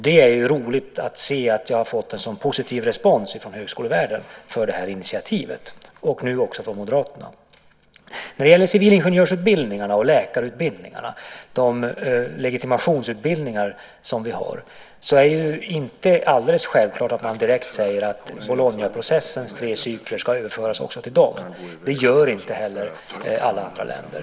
Det är roligt att se att jag har fått en så positivt respons från högskolevärlden för det här initiativet - och nu också från Moderaterna. När det gäller utbildningarna till civilingenjör och läkare, de legitimationsutbildningar vi har, är det inte alldeles självklart att man direkt säger att Bolognaprocessens tre cykler ska överföras också till dem. Det gör inte heller alla andra länder.